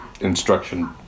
instruction